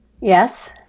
Yes